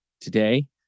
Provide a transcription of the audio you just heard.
today